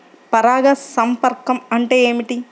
పరాగ సంపర్కం అంటే ఏమిటి?